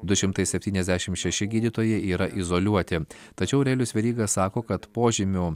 du šimtai septyniasdešimt šeši gydytojai yra izoliuoti tačiau aurelijus veryga sako kad požymių